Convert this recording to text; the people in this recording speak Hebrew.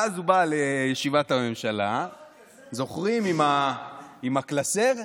ואז הוא בא לישיבת הממשלה, זוכרים, עם הקלסר?